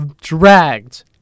Dragged